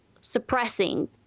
suppressing